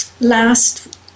last